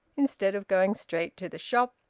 instead of going straight to the shop,